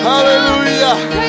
Hallelujah